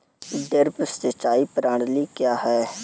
Drip सिंचाई प्रणाली क्या है?